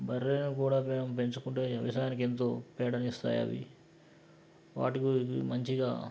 బర్రెను కూడా మనం పెంచుకుంటే వ్యవసాయానికి ఎంతో పేడను ఇస్తాయి అవి వాటికి మంచిగా